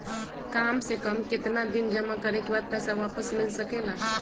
काम से कम केतना दिन जमा करें बे बाद पैसा वापस मिल सकेला?